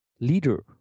leader